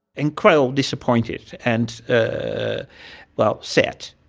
incredibly disappointed and, ah well, sad,